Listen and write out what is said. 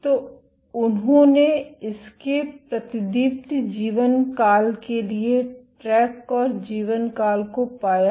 तो उन्होंने इस के प्रतिदीप्ति जीवनकाल के लिए ट्रैक और जीवनकाल को पाया